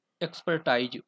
expertise